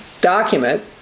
document